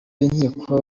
b’inkiko